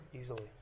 easily